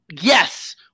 Yes